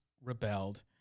rebelled